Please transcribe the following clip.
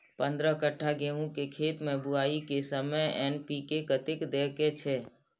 पंद्रह कट्ठा गेहूं के खेत मे बुआई के समय एन.पी.के कतेक दे के छे?